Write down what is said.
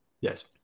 Yes